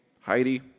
Heidi